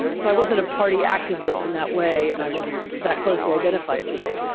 so i wasn't a party activist in that way. and i wasn't that closely identified with it.